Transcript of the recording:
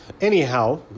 Anyhow